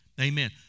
Amen